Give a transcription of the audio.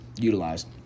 utilized